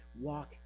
walk